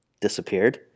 disappeared